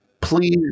Please